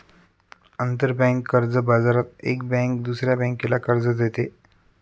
आंतरबँक कर्ज बाजारात एक बँक दुसऱ्या बँकेला कर्ज देते